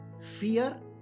fear